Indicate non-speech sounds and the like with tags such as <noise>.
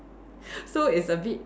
<breath> so it's a bit